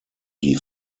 die